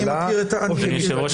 אני מכיר --- אדוני היו"ר,